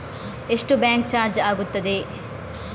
ಎಷ್ಟು bank charge ಆಗುತ್ತದೆ?